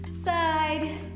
side